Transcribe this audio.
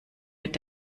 mit